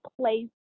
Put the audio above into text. place